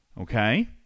Okay